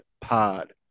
Pod